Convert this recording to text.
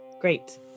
Great